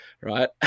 right